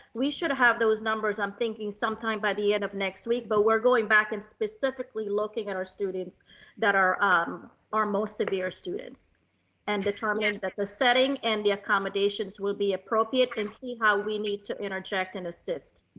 we should have those numbers. i'm thinking sometime by the end of next week, but we're going back and specifically looking at our students that are um our most severe students and determines that the setting and the accommodations will be appropriate and see how we need to interject and assist.